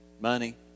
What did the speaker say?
money